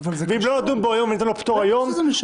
ואם לא נדון בו היום וניתן לו פטור היום -- בטח שזה משנה.